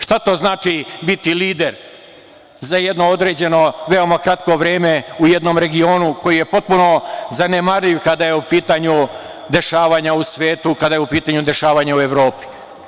Šta to znači biti lider za jedno određeno veoma kratko vreme u jednom regionu koji je potpuno zanemarljiv kada su u pitanju dešavanja u svetu, kada su u pitanju dešavanje u Evropi?